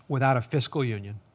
without a fiscal union.